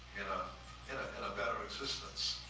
in a better existence.